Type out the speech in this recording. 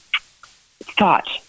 thought